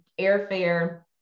airfare